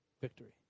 victory